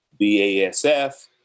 BASF